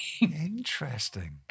Interesting